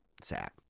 sad